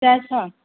चारि सए